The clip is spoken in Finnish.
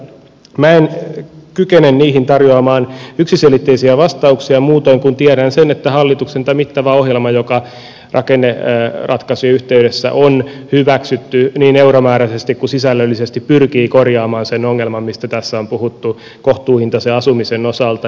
minä en kykene niihin tarjoamaan yksiselitteisiä vastauksia muutoin kuin että tiedän sen että tämä hallituksen mittava ohjelma joka rakenneratkaisun yh teydessä on hyväksytty niin euromääräisesti kuin sisällöllisesti pyrkii korjaamaan sen ongelman mistä tässä on puhuttu kohtuuhintaisen asumisen osalta